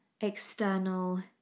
external